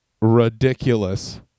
ridiculous